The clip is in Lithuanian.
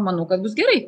manau kad bus gerai